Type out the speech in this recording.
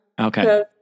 okay